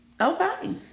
Okay